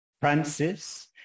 Francis